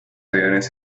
aviones